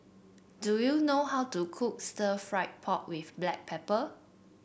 do you know how to cook Stir Fried Pork with Black Pepper